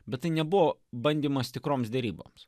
bet tai nebuvo bandymas tikroms deryboms